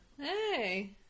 hey